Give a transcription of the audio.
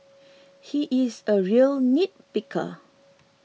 he is a real nitpicker